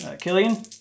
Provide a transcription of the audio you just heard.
Killian